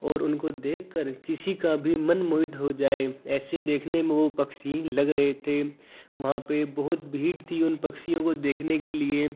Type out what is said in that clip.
और उनको देख कर किसी का भी मन मोहित हो जाए ऐसे देखने में वो पक्षी लग रहे थे वहाँ पे बहुत भीड़ थी उन पक्षियों को देखने के लिए